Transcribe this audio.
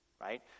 right